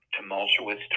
tumultuous